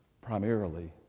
primarily